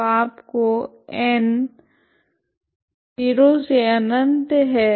तो आपका n ओ से अनंत है